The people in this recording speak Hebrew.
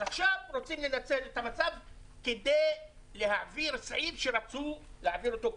אז עכשיו רוצים לנצל את המצב כדי להעביר סעיף שרצו להעביר אותו קודם.